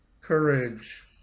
courage